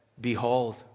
behold